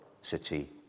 city